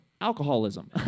alcoholism